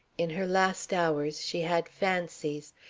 in her last hour she had fancies.